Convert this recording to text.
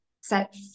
set